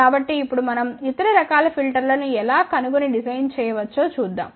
కాబట్టి ఇప్పుడు మనం ఇతర రకాల ఫిల్టర్ లను ఎలా కనుగొని డిజైన్ చేయవచ్చో చూద్దాం